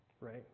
Right